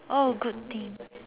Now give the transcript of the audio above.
oh good thing